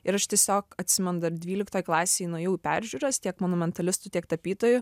ir aš tiesiog atsimenu dar dvyliktoj klasėj nuėjau į peržiūras tiek monumentalistų tiek tapytojų